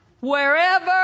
wherever